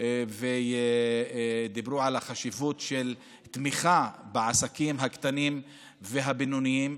על החשיבות של תמיכה בעסקים הקטנים והבינוניים.